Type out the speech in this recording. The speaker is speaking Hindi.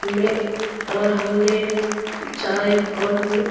हमें और हमने चाय और हमने